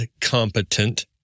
competent